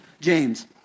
James